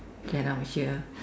get out here